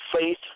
faith